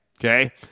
okay